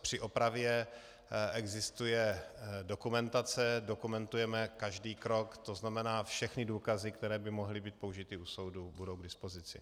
Při opravě existuje dokumentace, dokumentujeme každý krok, tzn. všechny důkazy, které by mohly být použity u soudu, budou k dispozici.